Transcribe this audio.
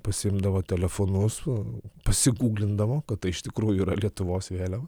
pasiimdavo telefonus pasiguglindavo kad tai iš tikrųjų yra lietuvos vėliava